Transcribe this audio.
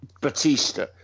Batista